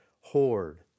hoard